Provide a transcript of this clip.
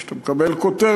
כשאתה מקבל כותרת,